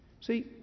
See